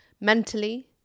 mentally